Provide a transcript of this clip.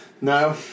No